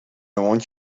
want